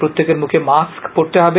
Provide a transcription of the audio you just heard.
প্রত্যেকের মুখে মাস্ক পডতে হবে